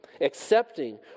accepting